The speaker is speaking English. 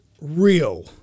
real